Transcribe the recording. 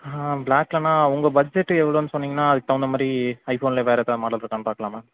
ப்ளாக்லன்னா உங்கள் பட்ஜெட்டு எவ்வளோன்னு சொன்னிங்கன்னா அதற்குத் தகுந்தமாதிரி ஐஃபோனில் வேறு எதாவது மாடல் இருக்கான்னு பார்க்கலாம் மேம்